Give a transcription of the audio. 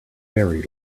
very